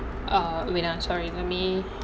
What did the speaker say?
err wait ah sorry let me